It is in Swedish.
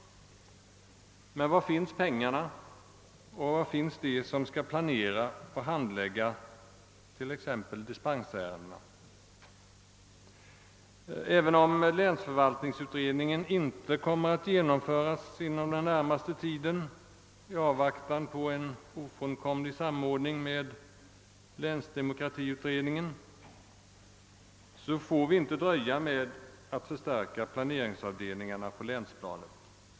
Men var finns pengarna? Och var finns de som skall planera och handlägga t.ex. dispensärendena? Även om länsförvaltningsutredningen inte kommer att genomföras inom den närmaste tiden i avvaktan på en ofrånkomlig samordning med länsdemokratiutredningen, får vi inte dröja med att förstärka planeringsavdelningarna på länsplanet.